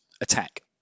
attack